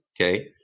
okay